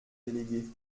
délégué